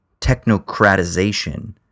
technocratization